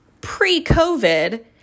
pre-COVID